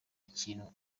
ikintu